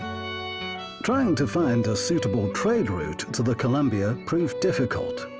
trying to find a suitable trade route to the columbia proved difficult.